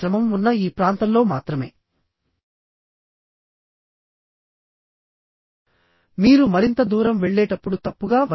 ఈ దిశలో ఈ మార్గంలో నెట్ సెక్షన్ ఏరియా తక్కువ